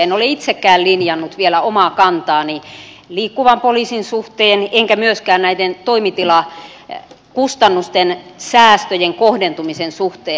en ole itsekään linjannut vielä omaa kantaani liikkuvan poliisin suhteen enkä myöskään näiden toimitilakustannusten säästöjen kohdentumisen suhteen